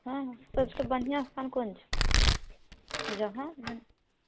हँ सबसँ बढ़िआँ स्थान कोन छै जहाँ हम